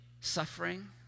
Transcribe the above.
suffering